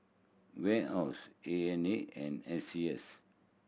Warehouse N A N and S C S